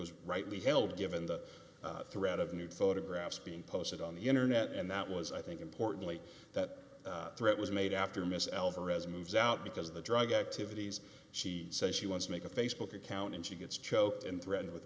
was rightly held given the threat of new photographs being posted on the internet and that was i think importantly that threat was made after miss alvarez moves out because of the drug activities she says she wants to make a facebook account and she gets choked and threatened with